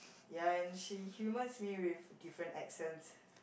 ya and she humours me with different accents